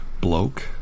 bloke